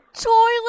toilet